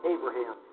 Abraham